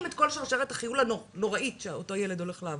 את אותה שרשרת חיול נוראית שאותו הילד הולך לעבור.